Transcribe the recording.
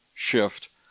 Shift